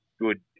good